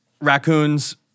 raccoons